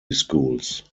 schools